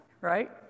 right